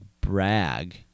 brag